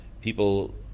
people